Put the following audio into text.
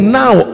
now